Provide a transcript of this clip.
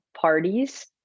parties